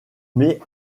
met